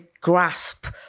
grasp